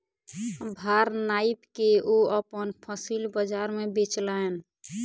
भार नाइप के ओ अपन फसिल बजार में बेचलैन